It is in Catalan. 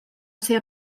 ser